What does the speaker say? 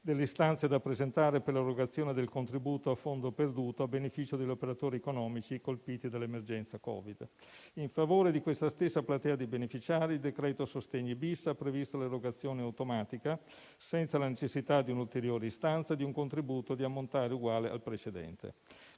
delle istanze da presentare per l'erogazione del contributo a fondo perduto a beneficio degli operatori economici colpiti dall'emergenza Covid. In favore di questa stessa platea di beneficiari il decreto sostegni *bis* ha previsto l'erogazione automatica, senza la necessità di un'ulteriore istanza, di un contributo di ammontare uguale al precedente.